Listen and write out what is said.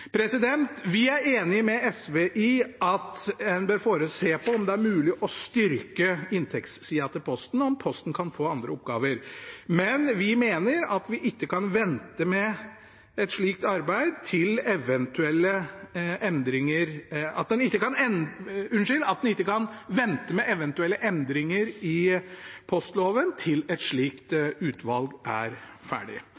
Vi er enig med SV i at en bør se på om det er mulig å styrke inntektssiden til Posten, og om Posten kan få andre oppgaver, men vi mener at vi ikke kan vente med eventuelle endringer i postloven til et slikt utvalg er ferdig. Jeg gjentar til slutt at det er viktig at vi tar på alvor den situasjonen Posten er i. Vi må ha god tid til